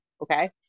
okay